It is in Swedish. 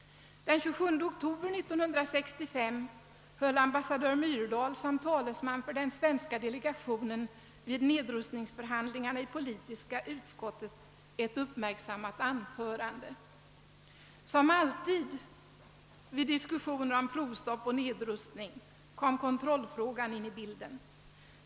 Den 27 oktober 1965 höll ambassadör Myrdal som talesman för den svenska delegationen vid nedrustningsförhandlingarna i politiska utskottet ett uppmärksammat anförande. Som alltid vid diskussioner om provstopp och nedrustning kom kontrollfrågan in i bilden.